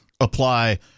apply